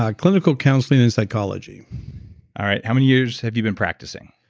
ah clinical counseling and psychology all right, how many years have you been practicing?